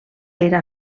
era